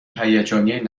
هیجانی